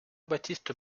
baptiste